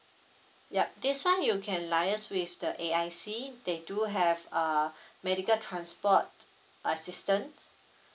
ya this one you can liaise with the A_I_C they do have uh medical transport assistance